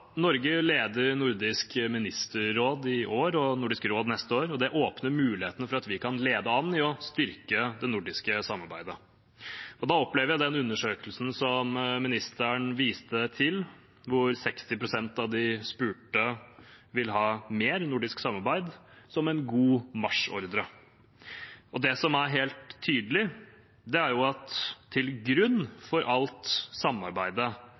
Norge leder Nordisk ministerråd i år og Nordisk råd neste år, og det åpner mulighetene for at vi kan lede an i å styrke det nordiske samarbeidet. Da opplever jeg den undersøkelsen som ministeren viste til, hvor 60 pst. av de spurte vil ha mer nordisk samarbeid, som en god marsjordre. Det som er helt tydelig, er at til grunn for alt samarbeidet,